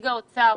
נציגת האוצר.